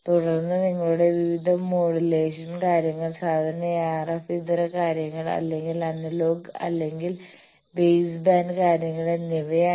തുടർന്ന് നിങ്ങളുടെ വിവിധ മോഡുലേഷൻ കാര്യങ്ങൾ സാധാരണയായി RF ഇതര കാര്യങ്ങൾ അല്ലെങ്കിൽ അനലോഗ് അല്ലെങ്കിൽ ബേസ്ബാൻഡ് കാര്യങ്ങൾ എന്നിവയാണ്